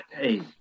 Hey